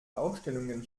ausstellungen